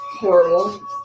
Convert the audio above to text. Horrible